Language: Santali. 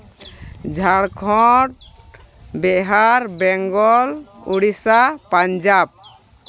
ᱡᱷᱟᱲᱠᱷᱚᱸᱰ ᱵᱤᱦᱟᱨ ᱵᱮᱝᱜᱚᱞ ᱳᱰᱤᱥᱟ ᱯᱟᱧᱡᱟᱵᱽ